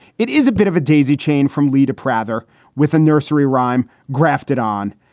it is a bit of a daisy chain from lida prather with a nursery rhyme grafted on.